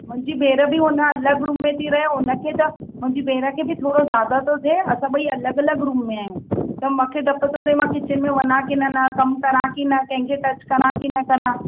मुंहिंजी भेण बि हुन अलगि रूम में थी रहे उनखे त मुंहिंजी भेण खे बि थोरो ज्यादा थो थिए असां ॿई अलगि अलगि रूम में आहियूं त मूंखे डपु थो थिए मां किचिन में वञा की न न कम कयां की न कहिंखे टच कयां की न कयां